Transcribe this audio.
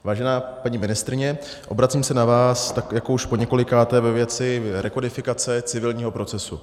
Vážená paní ministryně, obracím se na vás jako už poněkolikáté ve věci rekodifikace civilního procesu.